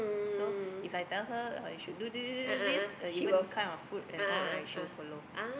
so If I tell her I should do this this this this this uh even kind of food and all right she will follow